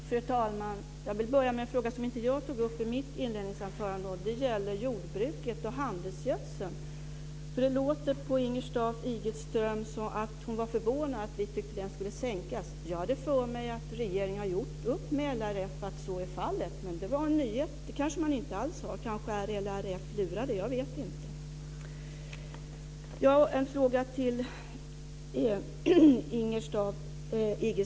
Fru talman! Först en fråga som jag inte tog upp i mitt inledningsanförande. Det gäller jordbruket och handelsgödseln. Det låter som att Lisbeth Staaf Igelström är förvånad över att vi tycker att det behövs en sänkning. Jag hade för mig att regeringen hade gjort upp med LRF om att så är fallet, så det var en nyhet. Det har man alltså kanske inte alls. Kanske är man hos LRF lurad - inte vet jag.